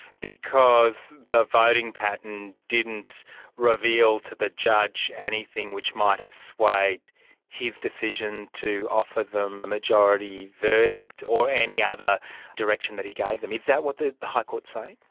because the voting pattern didn't reveal to the judge anything which might have swayed his decision to offer them a majority verdict or any other direction that he gave them. is that what the the high court is saying?